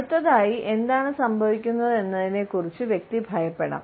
അടുത്തതായി എന്താണ് സംഭവിക്കുന്നതെന്നതിനെക്കുറിച്ച് വ്യക്തി ഭയപ്പെടാം